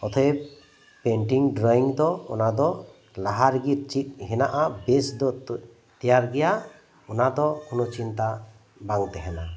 ᱚᱛᱚᱮᱵᱽ painting drawing ᱫᱚ ᱚᱱᱟ ᱫᱚ ᱞᱟᱦᱟ ᱨᱮᱜᱮ ᱪᱮᱫ ᱦᱮᱱᱟᱜᱼᱟ ᱵᱮᱥ ᱫᱚ ᱛᱚ ᱛᱮᱭᱟᱨ ᱜᱮᱭᱟ ᱚᱱᱟ ᱫ ᱚ ᱠᱳᱱᱳ ᱪᱤᱱᱛᱟ ᱵᱟᱝ ᱛᱟᱦᱮᱸᱱᱟ